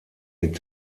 mit